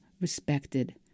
respected